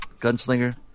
gunslinger